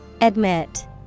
Admit